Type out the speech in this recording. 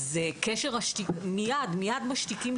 מיד משתיקים.